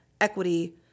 equity